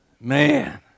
man